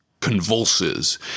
convulses